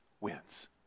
wins